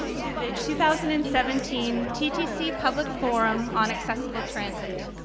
to the two thousand and seventeen ttc public forum on accessible transit.